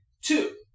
two